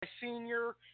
senior